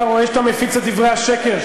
אתה רואה שאתה מפיץ את דברי השקר?